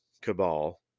cabal